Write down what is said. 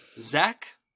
Zach